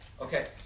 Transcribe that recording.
Okay